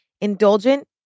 Indulgent